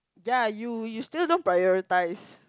ya you you still don't prioritize